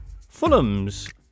Fulham's